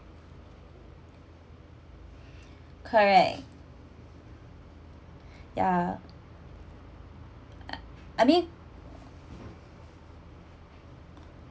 correct ya I mean